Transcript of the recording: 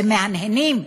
שמהנהנים.